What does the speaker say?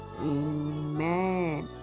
Amen